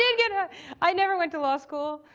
yeah and i never went to law school.